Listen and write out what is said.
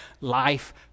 life